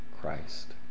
Christ